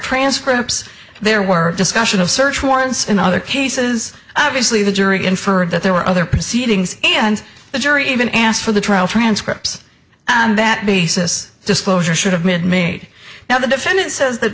transcripts there were discussion of search warrants in other cases obviously the jury inferred that there were other proceedings and the jury even asked for the trial transcripts and that basis disclosure should have made me now the defendant says that